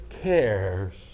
cares